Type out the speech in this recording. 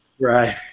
Right